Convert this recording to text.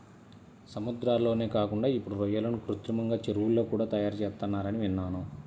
సముద్రాల్లోనే కాకుండా ఇప్పుడు రొయ్యలను కృత్రిమంగా చెరువుల్లో కూడా తయారుచేత్తన్నారని విన్నాను